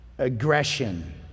aggression